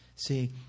See